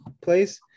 place